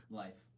life